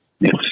Yes